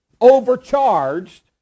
overcharged